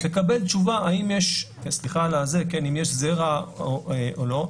תקבל תשובה אם יש זרע או לא,